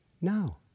now